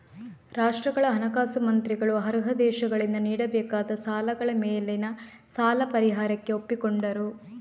ರಾಷ್ಟ್ರಗಳ ಹಣಕಾಸು ಮಂತ್ರಿಗಳು ಅರ್ಹ ದೇಶಗಳಿಂದ ನೀಡಬೇಕಾದ ಸಾಲಗಳ ಮೇಲಿನ ಸಾಲ ಪರಿಹಾರಕ್ಕೆ ಒಪ್ಪಿಕೊಂಡರು